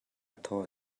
thaw